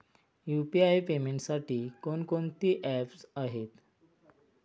UPI पेमेंटसाठी कोणकोणती apps आहेत?